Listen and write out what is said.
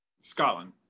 Scotland